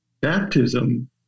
Baptism